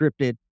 scripted